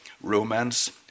romance